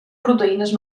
proteïnes